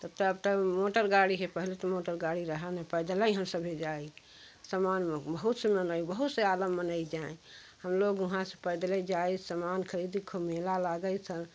तब तो अब तो मोटर गाड़ी है पहले तो मोटर गाड़ी रहा नहीं पैदलय हम सभी जाए सामान बहुत सामान आए बहुत से आलम मनै जाएँ हम लोग वहाँ से पैदले जाए समान खरीद के खूब मेला लागय